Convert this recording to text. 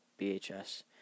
BHS